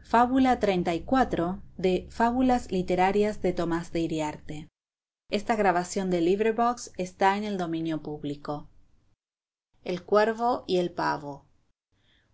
xxxiv el cuervo y el pavo